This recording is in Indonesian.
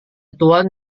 tuhan